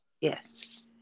Yes